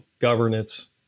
governance